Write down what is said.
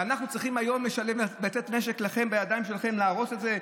ואנחנו צריכים היום לתת נשק בידיים שלכם להרוס את זה,